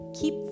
keep